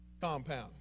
compound